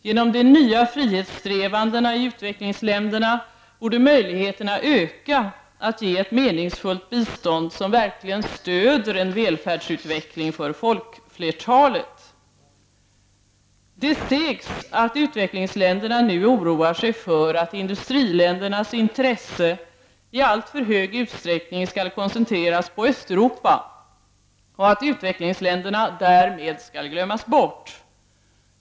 Genom de nya frihetssträvandena i utvecklingsländerna borde möjligheterna öka att ge ett meningsfullt bistånd som verkligen stöder en välfärdsutveckling för folkflertalet. Det sägs att utvecklingsländerna nu oroar sig för att industriländernas intresse i alltför hög grad skall koncentreras på Östeuropa och att utvecklingsländerna därmed skall glömmas bort.